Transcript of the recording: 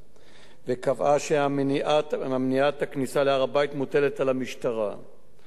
קבעה שמניעת הכניסה להר-הבית מוטלת על המשטרה במקרים